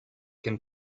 can